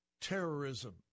terrorism